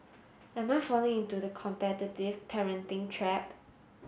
am I falling into the competitive parenting trap